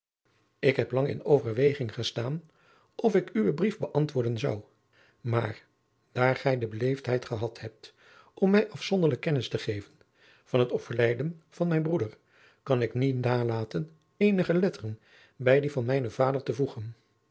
ik heb lang in overweging gestaan of ik uwen brief beantwoorden zou maar daar gij de beleefdheid gehad hebt om mij afzonderlijk kennis te geven van het overlijden van mijn broeder kan ik niet nalaten eenige letteren bij die van mijnen adriaan loosjes pzn het leven van maurits lijnslager vader te voegen